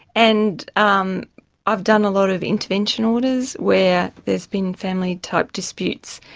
and um i've done a lot of intervention orders, where there's been family type disputes.